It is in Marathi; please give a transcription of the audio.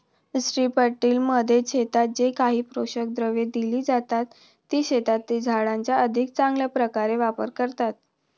स्ट्रिपटिलमध्ये शेतात जे काही पोषक द्रव्ये दिली जातात, ती शेतातील झाडांचा अधिक चांगल्या प्रकारे वापर करतात